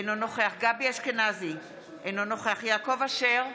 אינו נוכח גבי אשכנזי, אינו נוכח יעקב אשר,